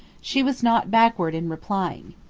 she was not backward in replying.